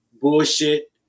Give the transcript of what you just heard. bullshit